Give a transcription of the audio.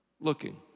looking